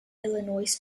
illinois